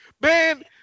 Man